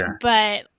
But-